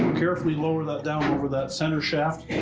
carefully lower that down over that center shaft.